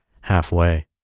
halfway